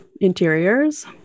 interiors